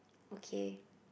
okay